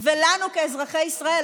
לנו כאזרחי ישראל,